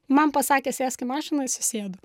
man pasakė sėsk į mašiną įsisėdau